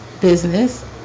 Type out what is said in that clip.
business